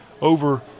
over